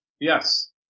Yes